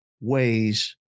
ways